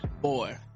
Boy